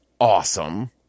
awesome